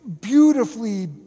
beautifully